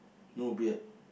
no beard